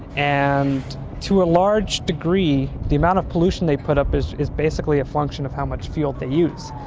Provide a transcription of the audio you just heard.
and to a large degree the amount of pollution they put up is is basically a function of how much fuel they use.